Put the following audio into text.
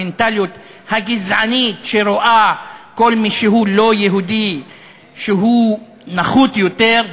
במנטליות הגזענית שרואה כל מי שהוא לא יהודי שהוא נחות יותר,